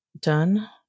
done